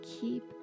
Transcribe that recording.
keep